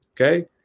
Okay